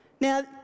Now